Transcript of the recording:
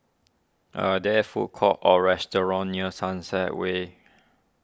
are there food courts or restaurants near Sunset Way